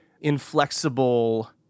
inflexible